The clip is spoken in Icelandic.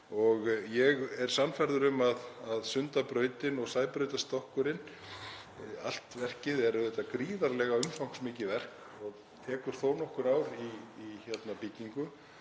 Ég er sannfærður um að Sundabrautin og Sæbrautarstokkurinn — allt verkið er auðvitað gríðarlega umfangsmikið og tekur þó nokkur ár í byggingu